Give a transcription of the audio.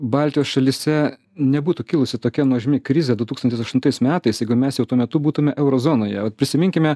baltijos šalyse nebūtų kilusi tokia nuožmi krizė du tūkstantis aštuntais metais jeigu mes jau tuo metu būtume euro zonoje prisiminkime